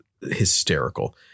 hysterical